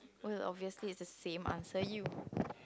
well obviously it's the same answer you